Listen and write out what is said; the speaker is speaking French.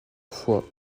fois